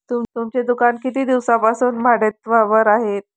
तुमचे दुकान किती दिवसांपासून भाडेतत्त्वावर आहे?